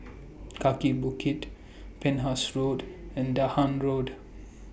Kaki Bukit Penhas Road and Dahan Road